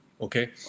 okay